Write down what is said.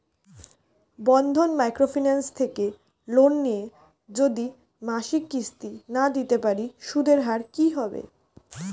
বন্ধন micro finance থেকে loan নিয়ে যদি মাসিক কিস্তি না দিতে পারি সুদের হার কি হবে?